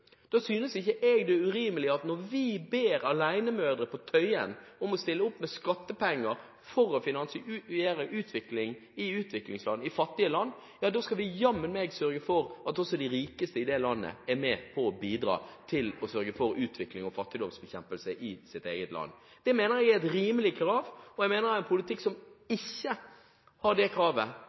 synes ikke jeg det er urimelig at når vi ber alenemødre på Tøyen stille opp med skattepenger for å finansiere utvikling i utviklingsland, i fattige land, skal vi jammen sørge for at også de rikeste i det landet er med på å bidra og sørger for utvikling og fattigdomsbekjempelse i sitt eget land. Det mener jeg er et rimelig krav, og jeg mener at en politikk som ikke har det kravet,